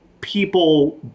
people